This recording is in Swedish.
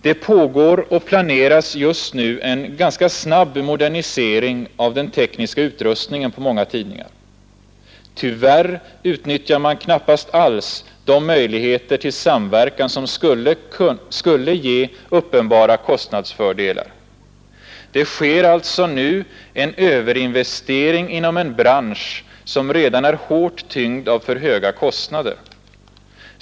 Det pågår och planeras just nu en ganska snabb modernisering av den tekniska utrustningen på många tidningar. Tyvärr utnyttjar man knappast alls de möjligheter till samverkan som skulle ge uppenbara kostnadsfördelar. Det förekommer alltså nu en överinvestering inom en bransch som redan är hårt tyngd av för höga kostnader.